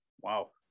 Wow